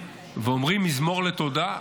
ואומרים מזמור לתודה.